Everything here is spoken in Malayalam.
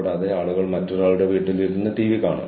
കൂടാതെ ഇത് അവരുടെ പ്രചോദനം വർദ്ധിപ്പിക്കുന്നു